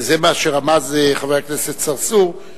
וזה מה שרמז חבר הכנסת צרצור,